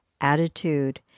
attitude